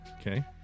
Okay